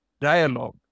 dialogue